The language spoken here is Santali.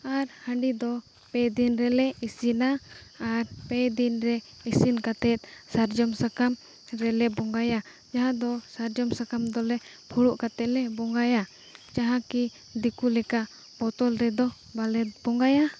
ᱟᱨ ᱦᱟᱸᱰᱤ ᱫᱚ ᱯᱮᱫᱤᱱ ᱨᱮᱞᱮ ᱤᱥᱤᱱᱟ ᱟᱨ ᱯᱮᱫᱤᱱ ᱨᱮ ᱤᱥᱤᱱ ᱠᱟᱛᱮᱫ ᱥᱟᱨᱡᱚᱢ ᱥᱟᱠᱟᱢ ᱨᱮᱞᱮ ᱵᱚᱸᱜᱟᱭᱟ ᱡᱟᱦᱟᱸ ᱫᱚ ᱥᱟᱨᱡᱚᱢ ᱥᱟᱠᱟᱢ ᱫᱚᱞᱮ ᱯᱷᱩᱲᱩᱜ ᱠᱟᱛᱮᱜ ᱞᱮ ᱵᱚᱸᱜᱟᱭᱟ ᱡᱟᱦᱟᱸ ᱠᱤ ᱫᱤᱠᱩ ᱞᱮᱠᱟ ᱵᱚᱛᱚᱞ ᱛᱮᱫᱚ ᱵᱟᱞᱮ ᱵᱚᱸᱜᱟᱭᱟ